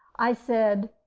i said,